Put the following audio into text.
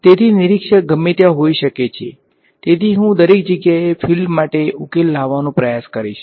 તેથી નિરીક્ષક ગમે ત્યાં હોઈ શકે છે તેથી હું દરેક જગ્યાએ ફીલ્ડ માટે ઉકેલ લાવવાનો પ્રયાસ કરીશ